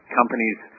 companies